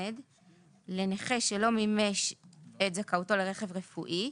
לנכה שלא מימש את זכאותו לרכב רפואי,